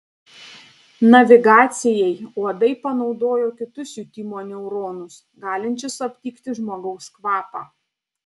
navigacijai uodai panaudojo kitus jutimo neuronus galinčius aptikti žmogaus kvapą